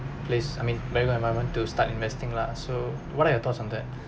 place I mean maybe when I want to start investing lah so what are your thoughts on that